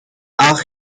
ach